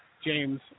James